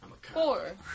Four